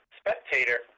spectator